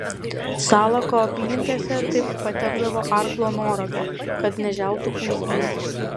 salako apylinkėse taip patepdavo arklo noragą kad neželtų usnys